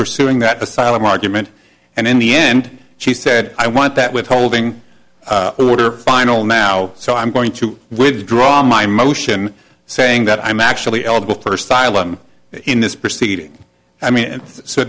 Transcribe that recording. pursuing that asylum argument and in the end she said i want that withholding order final now so i'm going to withdraw my motion saying that i'm actually eligible for style i'm in this proceeding i mean